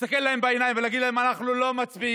להסתכל להם בעיניים ולהגיד להם: אנחנו לא מצביעים,